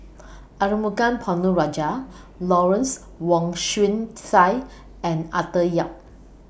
Arumugam Ponnu Rajah Lawrence Wong Shyun Tsai and Arthur Yap